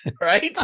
Right